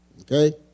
Okay